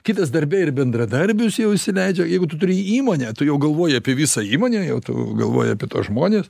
kitas darbe ir bendradarbius jau įsileidžia jeigu tu turi įmonę tu jau galvoji apie visą įmonę jau tu galvoji apie tuos žmones